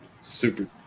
Super